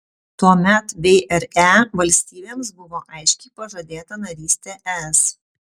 tuomet vre valstybėms buvo aiškiai pažadėta narystė es